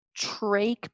Trache